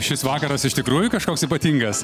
šis vakaras iš tikrųjų kažkoks ypatingas